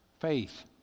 faith